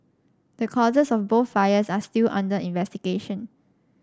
the causes of both fires are still under investigation